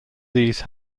these